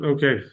Okay